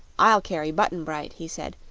i'll carry button-bright, he said,